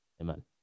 amen